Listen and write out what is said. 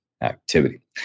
activity